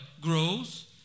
grows